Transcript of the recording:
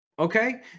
Okay